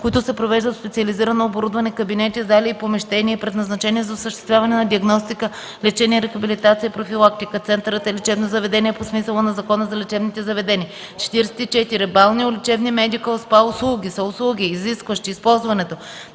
които се провеждат в специализирано оборудвани кабинети, зали и помещения, предназначени за осъществяване на диагностика, лечение, рехабилитация и профилактика. Центърът е лечебно заведение по смисъла на Закона за лечебните заведения. 44. „Балнеолечебни (медикъл СПА) услуги” са услуги, изискващи използването